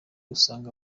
usange